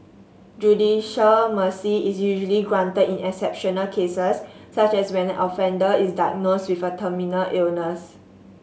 judicial mercy is usually granted in exceptional cases such as when an offender is diagnosed with a terminal illness